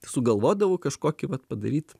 sugalvodavau kažkokį vat padaryt